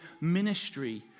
ministry